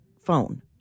phone